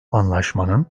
anlaşmanın